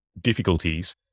difficulties